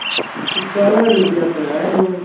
सौवे रुपया तो है वह